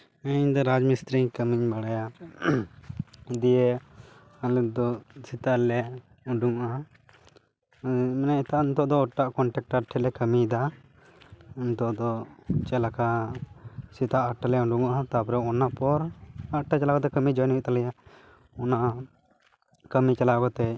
ᱤᱧ ᱫᱚ ᱨᱟᱡᱢᱤᱥᱛᱨᱤ ᱠᱟᱹᱢᱤᱧ ᱵᱟᱲᱟᱭᱟ ᱫᱤᱭᱮ ᱟᱞᱮ ᱫᱚ ᱥᱮᱛᱟᱜ ᱨᱮᱞᱮ ᱩᱰᱩᱝᱚᱜᱼᱟ ᱢᱟᱱᱮ ᱱᱤᱛᱚᱜ ᱫᱚ ᱮᱴᱟᱜ ᱠᱚᱱᱴᱟᱠᱴᱟᱨ ᱴᱷᱮᱡ ᱞᱮ ᱠᱟ ᱢᱤᱭᱮᱫᱟ ᱱᱤᱛᱳᱜ ᱫᱚ ᱪᱮᱫᱞᱮᱠᱟ ᱥᱮᱛᱟᱜ ᱟᱴᱴᱟ ᱞᱮ ᱩᱰᱩᱝᱚᱜᱼᱟ ᱚᱱᱟᱯᱚᱨ ᱟᱴᱴᱟ ᱪᱟᱞᱟᱣᱠᱟᱛᱮ ᱠᱟ ᱢᱤ ᱡᱚᱭᱮᱱ ᱦᱩᱭᱩᱜ ᱛᱟᱞᱮᱭᱟ ᱚᱱᱟ ᱠᱟᱹᱢᱤ ᱪᱟᱞᱟᱣ ᱠᱟᱛᱮ